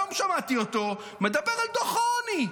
היום שמעתי אותו מדבר על דו"ח העוני.